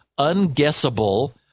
unguessable